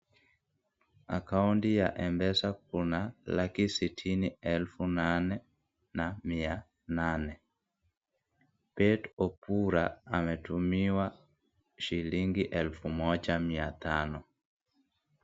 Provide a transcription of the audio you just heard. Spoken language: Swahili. Akaunti ya Mpesa kuna laki sitini elfu nane na mia nane Obed Obura ametumiwa shilingi moja elfu tano.